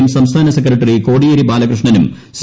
M സംസ്ഥാന secretary Kodiyeri ബാലകൃഷ്ണനും C